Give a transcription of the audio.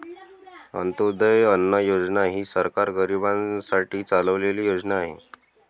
अंत्योदय अन्न योजना ही सरकार गरीबांसाठी चालवलेली योजना आहे